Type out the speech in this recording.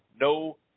no